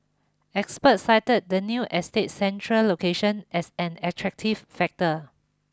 experts cited the new estate's central location as an attractive factor